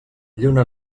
lluna